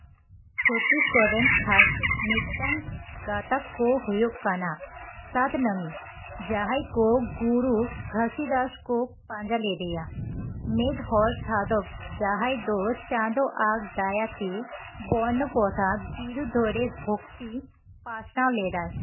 ᱪᱷᱚᱛᱛᱤᱥᱜᱚᱲ ᱨᱮᱱ ᱠᱷᱟᱥ ᱢᱤᱫᱴᱟᱝ ᱜᱟᱛᱟᱠ ᱠᱚ ᱦᱳᱭᱳᱜ ᱠᱟᱱᱟ ᱥᱟᱛᱱᱟᱢᱤ ᱡᱟᱦᱟᱸᱭ ᱠᱚ ᱜᱩᱨᱩ ᱜᱷᱟᱥᱤ ᱫᱟᱥ ᱠᱚ ᱯᱟᱸᱡᱟ ᱞᱮᱫᱮᱭᱟ ᱢᱤᱫ ᱦᱚᱲ ᱥᱟᱫᱷᱚᱠ ᱡᱟᱦᱟᱸᱭ ᱫᱚ ᱪᱟᱸᱫᱚᱣᱟᱜ ᱫᱟᱭᱟᱛᱮ ᱵᱚᱨᱱᱚ ᱯᱨᱚᱛᱷᱟ ᱵᱤᱨᱩᱫᱽᱫᱷᱚ ᱨᱮ ᱵᱷᱚᱠᱛᱤ ᱯᱟᱥᱱᱟᱣ ᱞᱮᱫᱟᱭ